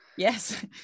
yes